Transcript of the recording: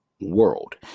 world